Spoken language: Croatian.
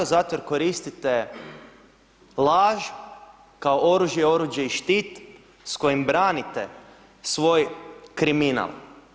Zato jer koristite laž kao oružje, oruđe i štit s kojim branite svoj kriminal.